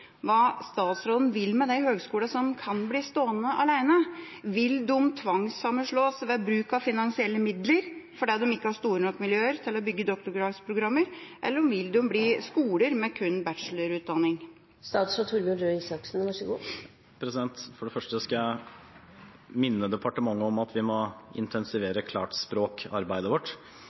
hva han vil med de høgskolene som kan bli stående alene. Vil de tvangssammenslås ved bruk av finansielle midler fordi de ikke har store nok miljøer til å bygge doktorgradsprogrammer, eller vil de bli skoler med kun bachelorutdanning? For det første skal jeg minne departementet om at vi må intensivere klart språk-arbeidet vårt.